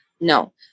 No